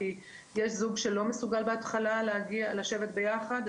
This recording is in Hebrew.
כי יש זוג שלא מסוגל בהתחלה לשבת ביחד.